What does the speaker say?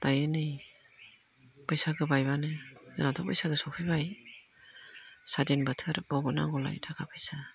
दायो नै बैसागो बायबानो दाथ' बैसागो सफैबाय साधिन बोथोर बबाव नांबावलायो थाखा फैसा